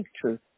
truth